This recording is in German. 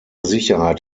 sicherheit